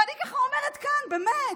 ואני ככה אומרת כאן, באמת,